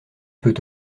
peut